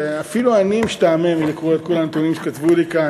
ואפילו אני משתעמם לקרוא את כל הנתונים שכתבו לי כאן.